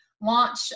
launch